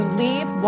leave